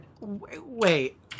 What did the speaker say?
Wait